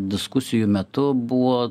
diskusijų metu buvo